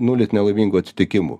nulis nelaimingų atsitikimų